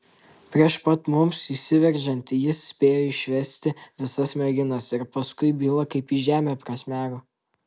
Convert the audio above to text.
prieš pat mums įsiveržiant jis spėjo išvesti visas merginas ir paskui byla kaip į žemę prasmego